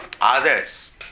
others